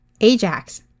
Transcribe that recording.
Ajax